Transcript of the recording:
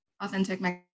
authentic